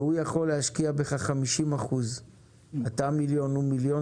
והוא יכול להשקיע בך 50%. אתה מיליון והוא מיליון,